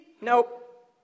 Nope